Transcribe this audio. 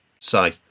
Say